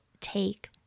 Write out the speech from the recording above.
take